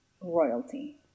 royalty